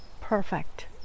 perfect